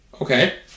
Okay